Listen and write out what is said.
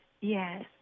Yes